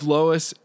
Lois